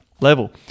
level